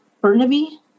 Burnaby